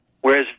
Whereas